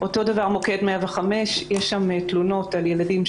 יש הסדרים חוקיים